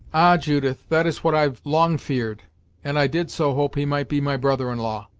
ah! judith that is what i've long feared and i did so hope he might be my brother-in-law!